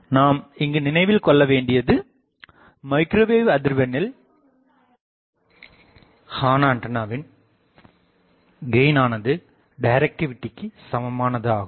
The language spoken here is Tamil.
நாம் இங்கு நினைவில் கொள்ளவேண்டியது மைக்ரோவேவ் அதிர்வெண்ணில் ஹார்ன்ஆண்டானவின் கெயின் ஆனது டைரக்டிவிடிக்கு சமமானது ஆகும்